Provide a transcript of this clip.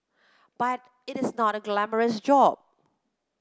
but it is not a glamorous job